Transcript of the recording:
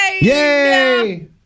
Yay